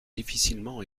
difficilement